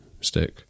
stick